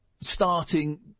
starting